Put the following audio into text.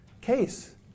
case